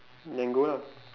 then go lah